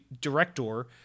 director